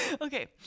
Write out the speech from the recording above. Okay